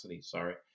sorry